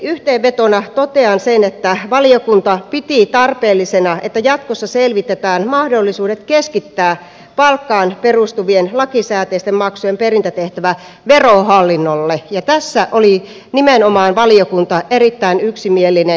yhteenvetona totean sen että valiokunta piti tarpeellisena että jatkossa selvitetään mahdollisuudet keskittää palkkaan perustuvien lakisääteisten maksujen perintätehtävä verohallinnolle ja tässä oli nimenomaan valiokunta erittäin yksimielinen